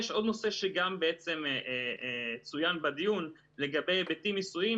יש עוד נושא שגם בעצם צוין בדיון לגבי היבטים מיסויים,